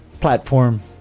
platform